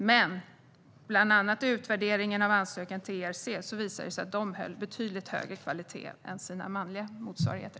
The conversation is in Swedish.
Men bland annat i utvärderingen av ansökningar till ERC visade det sig att de höll betydligt högre kvalitet än deras manliga motsvarigheter.